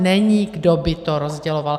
Není, kdo by to rozděloval.